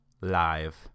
live